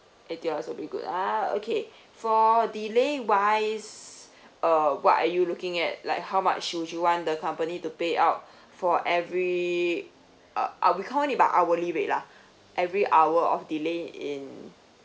eighty dollars will be good ah okay for delay wise uh what are you looking at like how much would you want the company to pay out for every uh we count it by hourly rate lah every hour of delay in